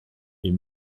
est